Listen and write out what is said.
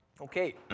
Okay